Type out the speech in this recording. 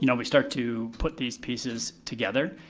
you know we start to put these pieces together,